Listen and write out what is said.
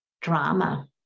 drama